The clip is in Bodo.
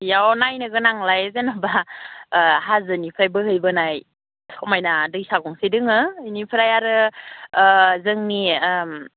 बेयाव नायनो गोनांलाय जेनेबा हाजोनिफ्राय बोहैबोनाय समायना दैसा गंसे दङ बेनिफ्राय आरो जोंनि